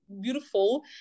beautiful